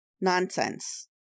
nonsense